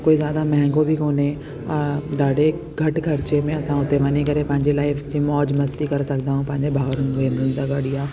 कोई जादा महांगो बि कोन्हे अ ॾाढे घटि खर्चे में वञी करे असां उते वञी करे पंहिंजे लाइफ जी मौज़ मस्ती करे सघंदा आहियूं पंहिंजे भाउरुनि भेनरुनि सां गॾु या